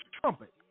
trumpet